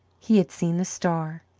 he had seen the star.